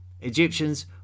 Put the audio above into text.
Egyptians